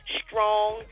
strong